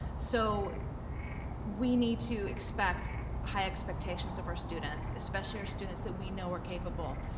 so we need to expect high expectations of our students, especially our students that we know are capable,